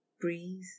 Breathe